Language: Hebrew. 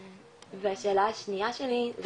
והשאלה השנייה שלי זה